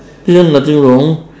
this one nothing wrong